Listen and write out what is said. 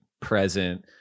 present